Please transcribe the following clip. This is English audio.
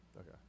Okay